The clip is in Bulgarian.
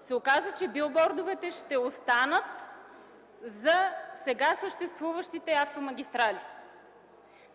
се оказа, че билбордовете ще останат за сега съществуващите автомагистрали, а